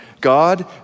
God